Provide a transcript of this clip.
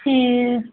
heels